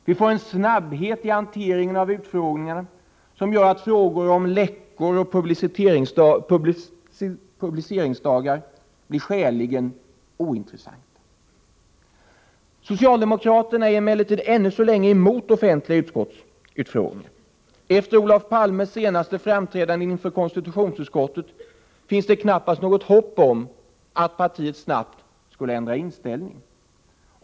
Vi får en snabbhet i hanteringen av utfrågningarna som gör att frågor om läckor och publiceringsdagar blir skäligen ointressanta. Socialdemokraterna är emellertid ännu så länge emot offentliga utskottsutfrågningar. Efter Olof Palmes senaste framträdande inför konstitutionsutskottet finns det knappast något hopp om att partiet snabbt skulle ändra inställning.